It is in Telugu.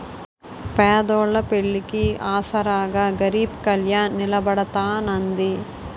పేదోళ్ళ పెళ్లిళ్లికి ఆసరాగా గరీబ్ కళ్యాణ్ నిలబడతాన్నది